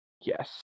Yes